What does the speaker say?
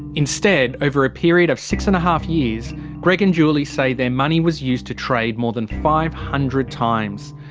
instead, over a period of six and a half years greg and julie say their money was used to trade more than five hundred times.